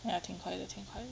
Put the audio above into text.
ya 挺快的挺快的